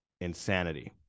insanity